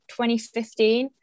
2015